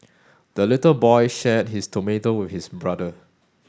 the little boy shared his tomato with his brother